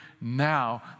Now